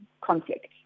conflict